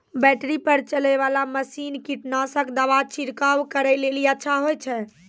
Battery पर चलै वाला मसीन कीटनासक दवा छिड़काव करै लेली अच्छा होय छै?